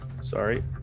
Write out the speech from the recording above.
Sorry